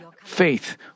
faith